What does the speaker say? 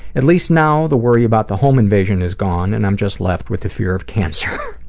at least now the worry about the home invasion is gone and i'm just left with the fear of cancer.